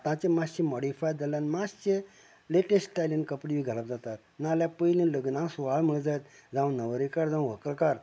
आताचे मातशें मॉडीफाय जाल्ल्यान मातशें लेटस्ट स्टायलीन कपडे बी घालप जातात नाजाल्यार पयलीं लग्ना सुवाळो म्हणत जायत जावं न्हवरेकार जावं व्हंकलकार